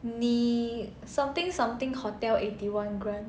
the something something hotel eighty one grant